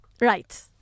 right